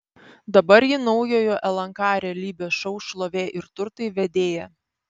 dabar ji naujojo lnk realybės šou šlovė ir turtai vedėja